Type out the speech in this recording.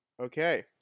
okay